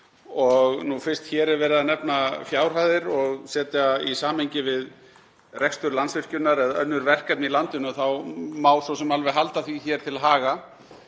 Fyrst hér er verið að nefna fjárhæðir og setja í samhengi við rekstur Landsvirkjunar eða önnur verkefni í landinu þá má svo sem alveg halda því hér til haga